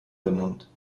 benannt